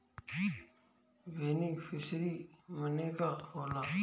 Beneficiary मने का होला?